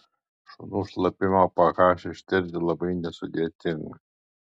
šunų šlapimo ph ištirti labai nesudėtinga